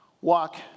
walk